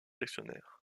actionnaires